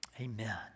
Amen